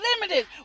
limited